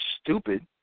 stupid